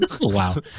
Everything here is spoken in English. Wow